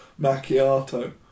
macchiato